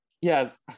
yes